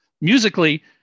Musically